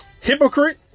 Hypocrite